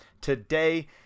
today